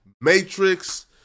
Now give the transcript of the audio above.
Matrix